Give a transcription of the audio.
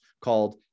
called